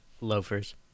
Loafers